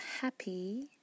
happy